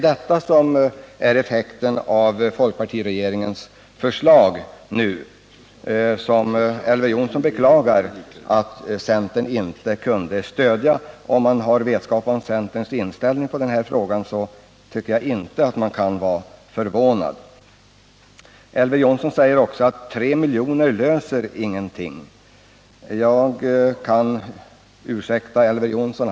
Detta blir effekten av folkpartiregeringens förslag, som Elver Jonsson beklagade att centern inte kunde stödja. Om han hade vetskap om centerns inställning till denna fråga tycker jag att han inte kan vara förvånad. Elver Jonsson sade också att 3 milj.kr. inte betyder någonting. Jag kan ursäkta Elver Jonsson.